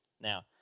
Now